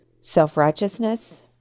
self-righteousness